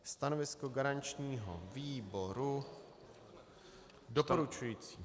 Stanovisko garančního výboru doporučující.